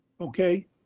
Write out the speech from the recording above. okay